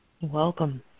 welcome